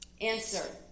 Answer